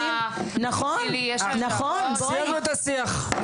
סיימנו את השיח.